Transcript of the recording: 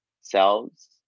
selves